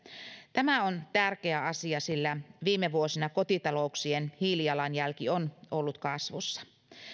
tämä on tärkeä asia sillä viime vuosina kotitalouksien hiilijalanjälki on ollut kasvussa